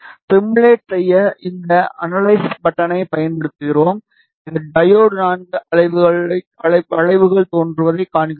simulate செய்ய இந்த analyse பட்டனை பயன்படுத்துகிறோம் இது டையோடு IV வளைவுகள் தோன்றுவதைக் காண்கிறோம்